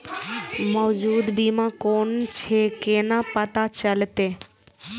मौजूद बीमा कोन छे केना पता चलते?